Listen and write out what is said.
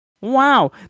wow